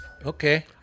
Okay